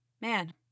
man